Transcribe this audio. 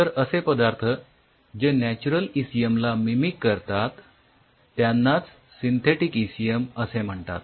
तर असे पदार्थ जे नॅच्युरल ईसीएम ला मिमिक करतात त्यांनाच सिंथेटिक ईसीएम असे म्हणतात